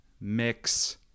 mix